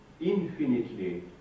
infinitely